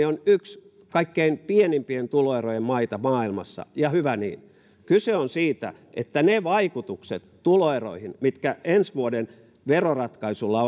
on yksi kaikkein pienimpien tuloerojen maita maailmassa ja hyvä niin kyse on siitä että ne vaikutukset tuloeroihin mitkä ensi vuoden veroratkaisulla